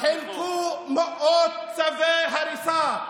בשבועות האחרונים חילקו מאות צווי הריסה.